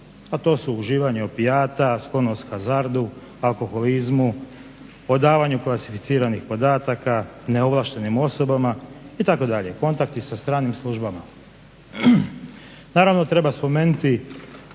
A to su uživanje opijata, sklonost hazardu, alkoholizmu, odavanju klasificiranih podataka neovlaštenim osobama itd., kontakti sa stranim službama. Naravno, da treba spomenuti